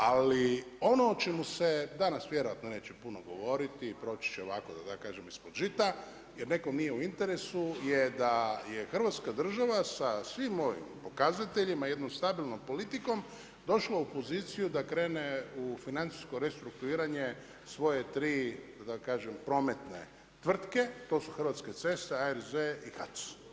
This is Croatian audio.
Ali ono o čemu se danas vjerojatno neće puno govoriti, proći će ovako da tako kažem ispod žita jer nekome nije u interesu je da je Hrvatska država sa svim ovim pokazateljima i jednom stabilnom politikom došla u poziciju da krene u financijsko restrukturiranje svoje tri da tako kažem prometne tvrtke, to su Hrvatske ceste, ARZ, i HAC.